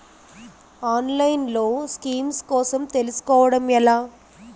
ఆన్లైన్లో స్కీమ్స్ కోసం తెలుసుకోవడం ఎలా?